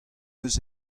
eus